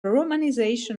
romanization